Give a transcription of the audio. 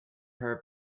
her